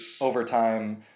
overtime